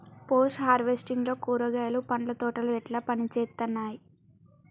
Post harvesting లో కూరగాయలు పండ్ల తోటలు ఎట్లా పనిచేత్తనయ్?